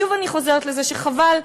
שוב אני חוזרת לזה שחבל,